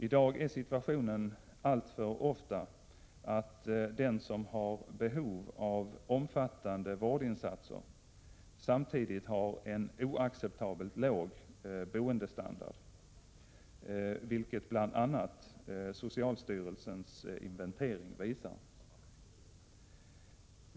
I dag är situationen alltför ofta den, att den som har behov av omfattande vårdinsatser samtidigt har en oacceptabelt låg boendestandard, vilket bl.a. socialstyrelsens inventering visar.